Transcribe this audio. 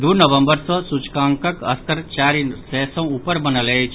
दू नवम्बर सॅ सूचकांकक स्तर चारि सय सॅ ऊपर बनल अछि